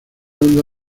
onda